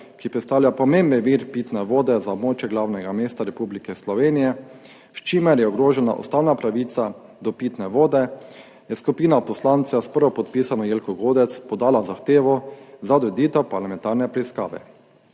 ki predstavlja pomemben vir pitne vode za območje glavnega mesta Republike Slovenije, s čimer je ogrožena ustavna pravica do pitne vode, je skupina poslancev s prvopodpisano Jelko Godec podala zahtevo za odreditev parlamentarne preiskave.